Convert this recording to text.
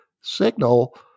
signal